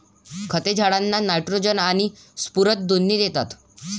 खते झाडांना नायट्रोजन आणि स्फुरद दोन्ही देतात